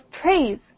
praise